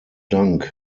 dank